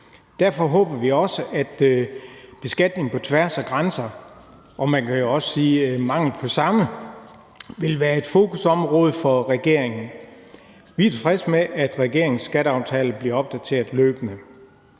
Derfor håber vi også, at beskatning på tværs af grænser – og man kan jo også sige mangel på samme – vil være et fokusområde for regeringen, og vi er tilfredse med, at regeringens skatteaftaler bliver opdateret løbende.